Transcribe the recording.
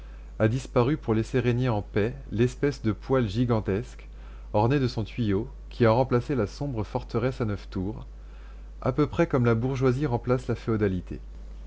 a disparu pour laisser régner en paix l'espèce de poêle gigantesque orné de son tuyau qui a remplacé la sombre forteresse à neuf tours à peu près comme la bourgeoisie remplace la féodalité